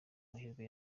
mahirwe